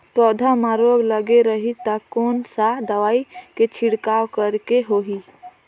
पौध मां रोग लगे रही ता कोन सा दवाई के छिड़काव करेके होही?